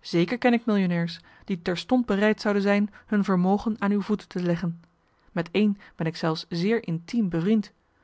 zeker ken ik millionairs die terstond bereid zouden zijn hun vermogen aan uw voeten te leggen met één ben ik zelfs zeer intiem bevriend